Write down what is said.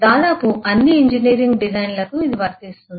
దాదాపు అన్ని ఇంజనీరింగ్ డిజైన్లకు ఇది వర్తిస్తుంది